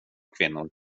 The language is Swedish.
kvinnor